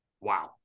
Wow